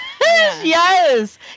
yes